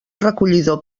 recollidor